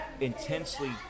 intensely